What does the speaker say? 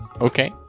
okay